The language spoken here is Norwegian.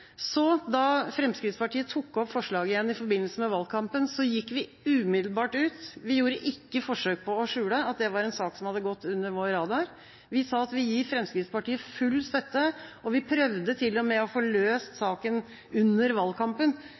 så tok opp forslaget igjen i forbindelse med valgkampen, gikk vi umiddelbart ut og gjorde ikke noe forsøk på å skjule at det var en sak som hadde gått under vår radar. Vi sa at vi ga Fremskrittspartiet full støtte, og vi prøvde til og med å få løst saken under valgkampen